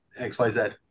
XYZ